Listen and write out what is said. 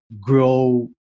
grow